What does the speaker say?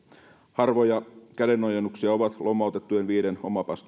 harvoja kädenojennuksia ovat lomautettujen viiden